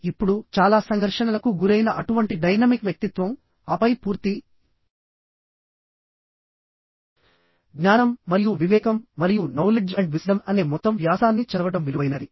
ఇప్పుడు చాలా సంఘర్షణలకు గురైన అటువంటి డైనమిక్ వ్యక్తిత్వం ఆపై పూర్తి జ్ఞానం మరియు వివేకం మరియు నౌలెడ్జ్ అండ్ విస్డమ్ అనే మొత్తం వ్యాసాన్ని చదవడం విలువైనది